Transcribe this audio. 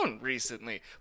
recently